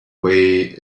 way